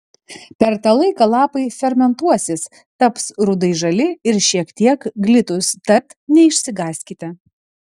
per tą laiką lapai fermentuosis taps rudai žali ir šiek tiek glitūs tad neišsigąskite